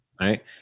right